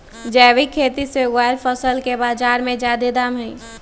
जैविक खेती से उगायल फसल के बाजार में जादे दाम हई